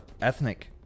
ethnic